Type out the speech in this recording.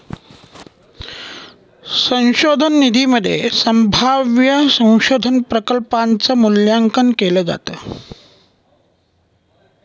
संशोधन निधीमध्ये संभाव्य संशोधन प्रकल्पांच मूल्यांकन केलं जातं